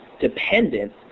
dependent